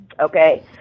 Okay